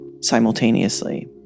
simultaneously